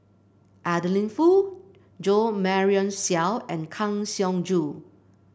Adeline Foo Jo Marion Seow and Kang Siong Joo